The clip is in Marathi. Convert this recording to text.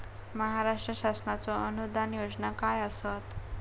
महाराष्ट्र शासनाचो अनुदान योजना काय आसत?